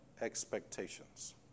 expectations